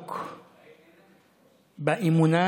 עמוק באמונה